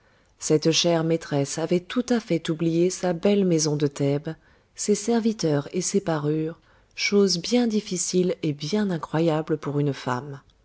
cette chère maîtresse avait tout à fait oublié sa belle maison de thèbes ses serviteurs et ses parures chose bien difficile et bien incroyable pour une femme